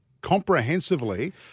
comprehensively